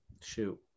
Shoot